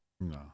No